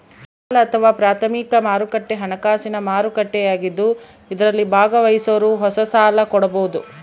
ಸಾಲ ಅಥವಾ ಪ್ರಾಥಮಿಕ ಮಾರುಕಟ್ಟೆ ಹಣಕಾಸಿನ ಮಾರುಕಟ್ಟೆಯಾಗಿದ್ದು ಇದರಲ್ಲಿ ಭಾಗವಹಿಸೋರು ಹೊಸ ಸಾಲ ಕೊಡಬೋದು